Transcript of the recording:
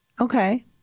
Okay